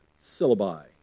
syllabi